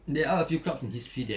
there are a few clubs with history that